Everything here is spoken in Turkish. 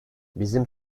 bizim